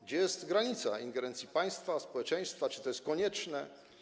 Gdzie jest granica ingerencji państwa, społeczeństwa, czy to jest konieczne?